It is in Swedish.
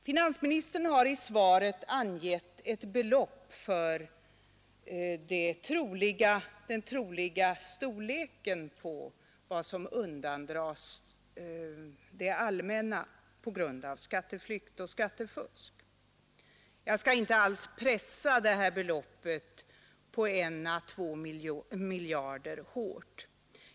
Finansministern har i sitt svar angett ett belopp för den troliga storleken på vad som undandras det allmänna på grund av skatteflykt och skattefusk. Jag skall inte alls pressa det här beloppet på I å 2 miljarder kronor hårt.